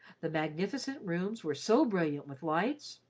the magnificent rooms were so brilliant with lights,